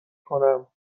کنم